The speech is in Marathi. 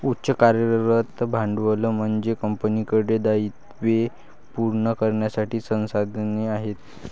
उच्च कार्यरत भांडवल म्हणजे कंपनीकडे दायित्वे पूर्ण करण्यासाठी संसाधने आहेत